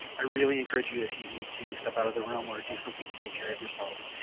i really encourage you, if you need to step out of the room or do something to take care of yourself,